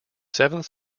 seventh